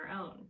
own